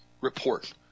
report